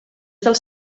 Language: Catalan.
dels